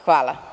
Hvala.